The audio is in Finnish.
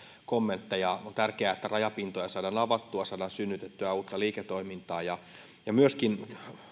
kommentteja on tärkeää että rajapintoja saadaan avattua saadaan synnytettyä uutta liiketoimintaa myöskin